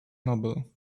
noble